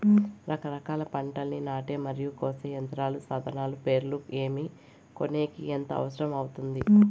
రకరకాల పంటలని నాటే మరియు కోసే యంత్రాలు, సాధనాలు పేర్లు ఏమి, కొనేకి ఎంత అవసరం అవుతుంది?